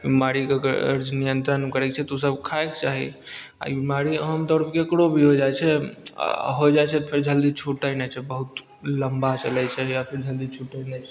ई बीमारीके नियन्त्रणमे करय छै तऽ उसब खाइके चाही ई बीमारी आम तौरपर ककरो भी हो जाइ छै होइ जाइ छै तऽ फेर जल्दी छुटय नहि छै बहुत लम्बा चलय छै या फिर जल्दी छुटय नहि छै